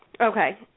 Okay